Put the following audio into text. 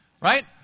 right